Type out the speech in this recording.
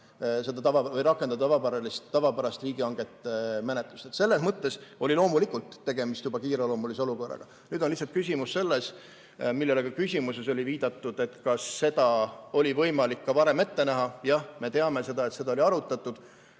tavapärast riigihangete menetlust. Selles mõttes oli loomulikult tegemist juba kiireloomulise olukorraga. Nüüd on lihtsalt küsimus selles, millele ka küsimuses oli viidatud, et kas seda oli võimalik ka varem ette näha. Jah, me teame seda, et seda oli arutatud.